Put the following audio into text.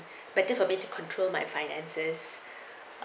better for me to control my finances